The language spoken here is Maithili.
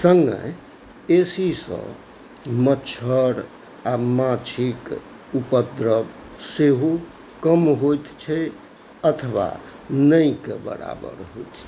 सङ्गे ए सी सँ मच्छर आ माछीक उपद्रव सेहो कम होइत छै अथवा नहि के बराबर होइत छै